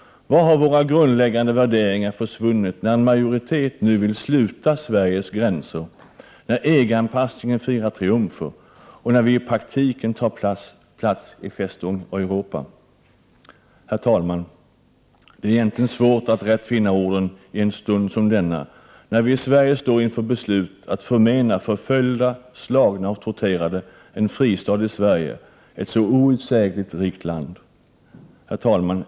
Vart har våra grundläggande värderingar försvunnit när en majoritet nu vill sluta Sveriges gränser, när EG-anpassningen firar triumfer, när vi i praktiken tar plats i Festung Europa? Herr talman! Det är svårt att finna de rätta orden i en stund som denna, när vii Sverige står inför beslut om att förmena förföljda, slagna och torterade en fristad i Sverige, ett så outsägligt rikt land. Herr talman!